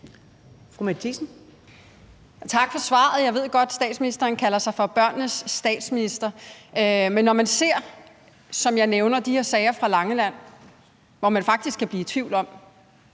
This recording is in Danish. Tak for svaret. Jeg ved godt, at statsministeren kalder sig for børnenes statsminister. Men når man ser, som jeg nævner, de her sager fra Langeland, hvor man faktisk kan blive i tvivl om,